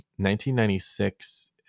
1996